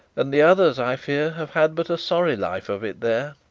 and the others i fear have had but a sorry life of it there.